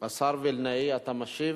השר וילנאי, אתה משיב?